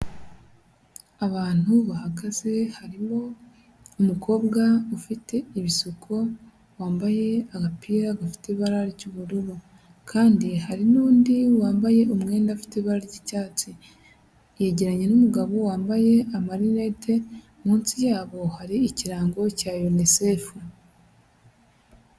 Abantu bahagaze harimo umukobwa ufite ibisuko wambaye agapira gafite ibara ry'ubururu kandi hari n'undi wambaye umwenda ufite ibara ry'icyatsi yegeranye n'umugabo wambaye amarinete, munsi y'abo hari ikirango cya UNICEF.